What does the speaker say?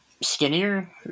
skinnier